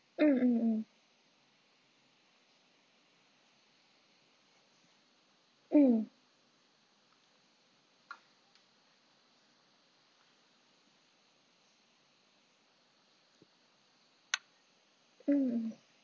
mm mm mm mm mm mm